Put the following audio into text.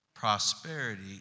Prosperity